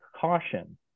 caution